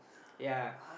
ya